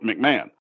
McMahon